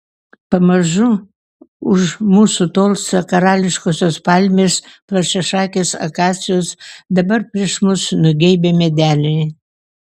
pamažu už mūsų tolsta karališkosios palmės plačiašakės akacijos dabar prieš mus nugeibę medeliai